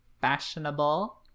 fashionable